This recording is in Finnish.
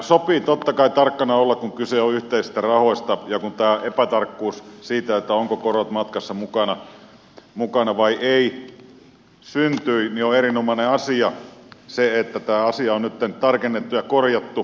sopii totta kai tarkkana olla kun kyse on yhteisistä rahoista ja kun tämä epätarkkuus siitä ovatko korot mukana vai eivät syntyi niin on erinomainen asia se että tämä asia on nytten tarkennettu ja korjattu